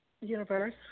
universe